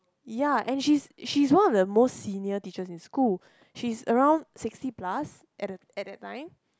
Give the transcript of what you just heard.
ya and she's she's one of the most senior teachers in school she's around sixty plus at the at that time